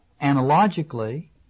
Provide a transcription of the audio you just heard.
Analogically